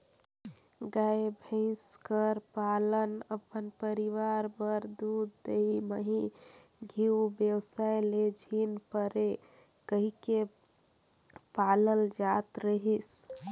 गाय, भंइस कर पालन अपन परिवार बर दूद, दही, मही, घींव बेसाए ले झिन परे कहिके पालल जात रहिस